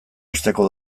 asteko